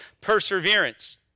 perseverance